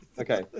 Okay